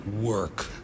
Work